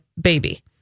baby